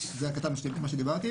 זה הקטן מה שדיברתי,